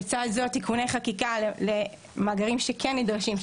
לצד זה תיקוני חקיקה למאגרים שכן נדרשים,